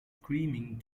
screaming